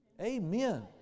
Amen